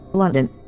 London